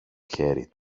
χέρι